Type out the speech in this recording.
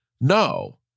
No